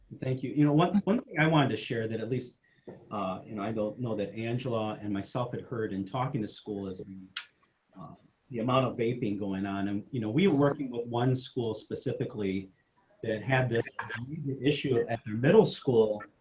thank you. you know what i wanted to share that, at least in i don't know that angela and myself had heard and talking to school as i mean ah the amount of babying going on and you know we were working with one school specifically that had had this issue after middle school.